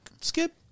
skip